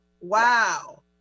Wow